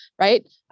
Right